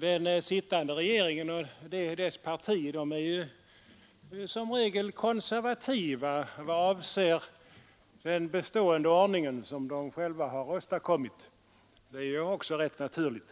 Den sittande regeringen och dess parti är som regel konservativa vad det avser den bestående ordning som de själva har åstadkommit. Det är också rätt naturligt.